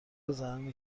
زنانی